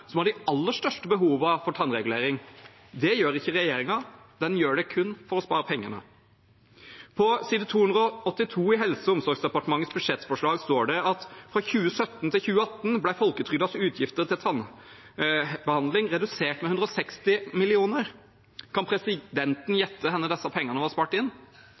som har de aller største behovene for tannregulering. Det gjør ikke regjeringen, den gjør det kun for å spare penger. På side 282 i Helse- og omsorgsdepartementets budsjettforslag står det: «Fra 2017 til 2018 ble folketrygdens utgifter til stønad til tannbehandling redusert med 160 mill. kroner.» Kan presidenten gjette hvor disse pengene